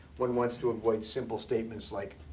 one wants to avoid simple statements like,